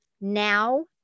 now